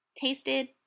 tasted